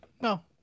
no